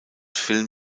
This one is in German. film